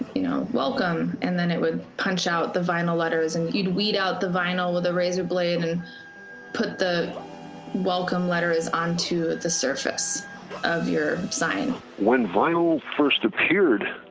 you know, welcome! and then it would punch out the vinyl letters and then you'd weed out the vinyl with a razor blade and put the welcome letters onto the surface of your sign when vinyl first appeared,